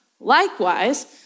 Likewise